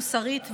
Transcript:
מוסרית ורוחנית.